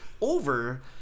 over